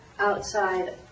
outside